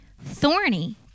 Thorny